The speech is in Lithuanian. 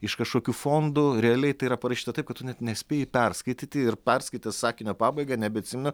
iš kažkokių fondų realiai tai yra parašyta taip kad tu net nespėji perskaityti ir perskaitęs sakinio pabaigą nebeatsimeni